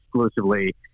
exclusively